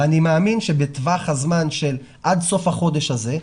ואני מאמין שבטווח הזמן של עד סוף החודש הזה,